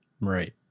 Right